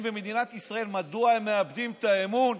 במדינת ישראל מדוע הם מאבדים את האמון,